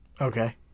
Okay